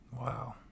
Wow